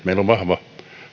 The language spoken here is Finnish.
meillä on vahva